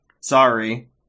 Sorry